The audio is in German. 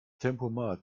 tempomat